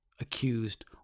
Accused